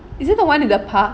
is it the one in the park